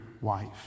wife